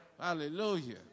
Hallelujah